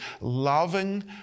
loving